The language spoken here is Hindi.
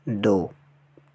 दो